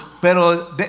Pero